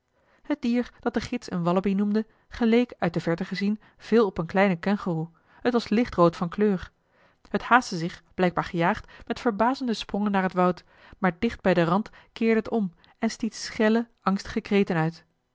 het dier dat de gids een wallabie noemde geleek uit de verte gezien veel op eene kleine kengoeroe t was lichtrood van kleur het haastte zich blijkbaar gejaagd met verbazende sprongen naar het woud maar dicht bij den rand keerde het om en stiet schelle angstige kreten uit